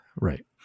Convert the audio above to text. right